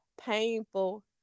painful